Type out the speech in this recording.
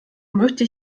möchte